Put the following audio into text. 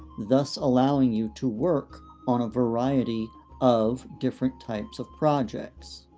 thus allowing you to work on a variety of different types of projects.